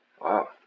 Wow